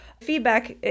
feedback